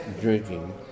drinking